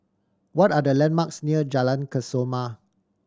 what are the landmarks near Jalan Kesoma